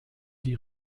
die